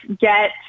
get